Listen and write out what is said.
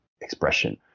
expression